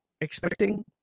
expecting